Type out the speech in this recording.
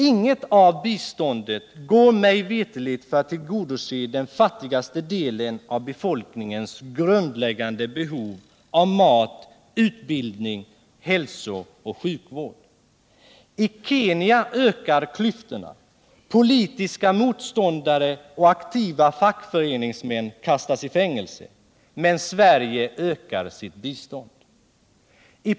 Inget av biståndet går mig veterligt till att tillgodose den fattigaste delen av befolkningens grundläggande behov av mat, utbildning, hälsooch sjukvård. I Kenya ökar klyftorna, politiska motståndare och aktiva fackföreningsmän kastas i fängelse, men Sverige ökar sitt bistånd.